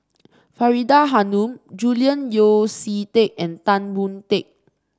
Faridah Hanum Julian Yeo See Teck and Tan Boon Teik